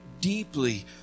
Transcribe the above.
deeply